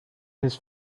his